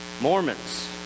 Mormons